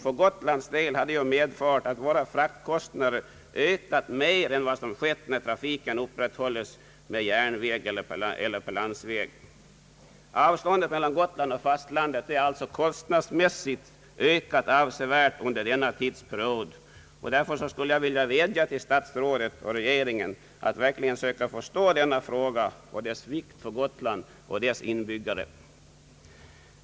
För Gotlands del har detta medfört att våra fraktkostnader ökat mer än vad som skett där trafiken upprätthålles med järnväg eller på landsväg. Avståndet mellan Gotland och fastlandet har alltså kostnadsmässigt ökat avsevärt under denna tidsperiod, och därför vill jag vädja till statsrådet och regeringen att verkligen försöka förstå denna frågas vikt för Gotland och dess inbyggare.